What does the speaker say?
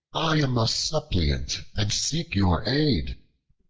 i am a suppliant, and seek your aid.